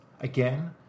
Again